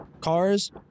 cars